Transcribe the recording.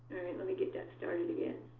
let me get that started again.